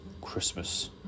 Christmas